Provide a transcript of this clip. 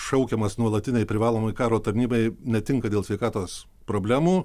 šaukiamas nuolatinei privalomai karo tarnybai netinka dėl sveikatos problemų